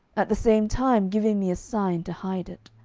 at the same time giving me a sign to hide it.